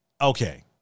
Okay